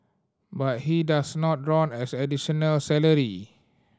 but he does not draw as additional salary